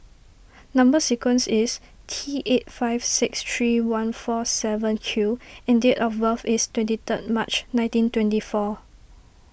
Number Sequence is T eight five six three one four seven Q and date of birth is twenty third March nineteen twenty four